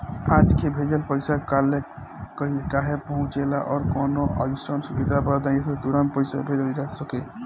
आज के भेजल पैसा कालहे काहे पहुचेला और कौनों अइसन सुविधा बताई जेसे तुरंते पैसा भेजल जा सके?